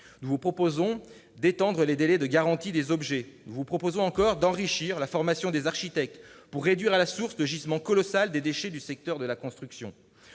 Nous vous proposons d'étendre les délais de garantie des objets. Nous vous proposons d'enrichir la formation des architectes pour réduire à la source le gisement colossal des déchets du secteur de la construction.